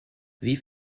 wie